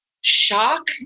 shock